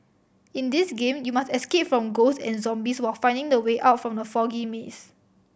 in this game you must escape from ghosts and zombies while finding the way out from the foggy maze